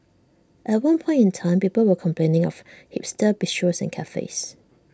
at one point in time people were complaining of hipster bistros and cafes